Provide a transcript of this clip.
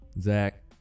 Zach